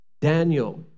Daniel